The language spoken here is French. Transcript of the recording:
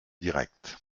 direct